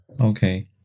Okay